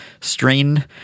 strain